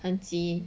很奇